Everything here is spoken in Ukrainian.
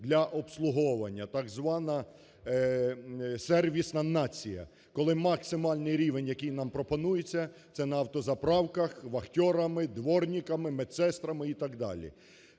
для обслуговування, так звана "сервісна нація", коли максимальний рівень, який нам пропонується – це на автозаправках, вахтерами, двірниками, медсестрами і так далі.